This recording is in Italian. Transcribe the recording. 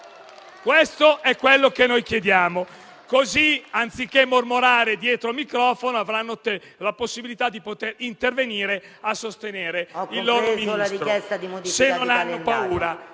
Questo è quello che noi chiediamo, così anziché mormorare dietro il microfono, avranno la possibilità di intervenire per sostenere che non hanno